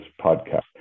podcast